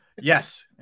Yes